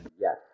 Yes